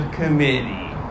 committee